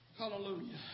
Hallelujah